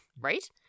Right